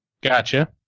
Gotcha